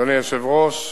אדוני היושב-ראש,